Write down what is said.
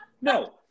No